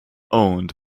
owned